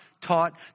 taught